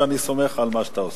ואני סומך על מה שאתה עושה.